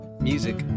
Music